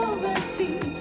Overseas